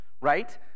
Right